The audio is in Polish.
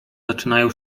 zaczynają